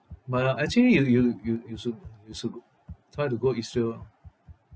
but uh actually you you you you should you should g~ try to go israel